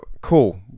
Cool